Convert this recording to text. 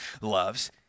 loves